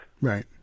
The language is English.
Right